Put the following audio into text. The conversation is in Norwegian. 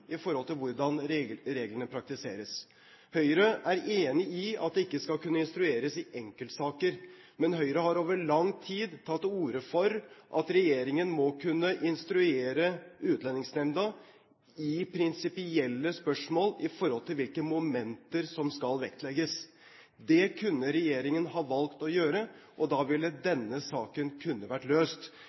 til hvordan reglene praktiseres. Høyre er enig i at det ikke skal kunne instrueres i enkeltsaker. Men Høyre har over lang tid tatt til orde for at regjeringen må kunne instruere Utlendingsnemnda i prinsipielle spørsmål når det gjelder hvilke momenter som skal vektlegges. Det kunne regjeringen ha valgt å gjøre, og da ville denne saken kunne vært løst.